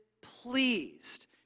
pleased